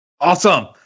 Awesome